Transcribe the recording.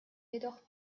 jedoch